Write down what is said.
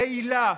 רעילה,